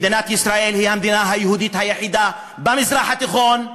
מדינת ישראל היא המדינה היהודית היחידה במזרח התיכון,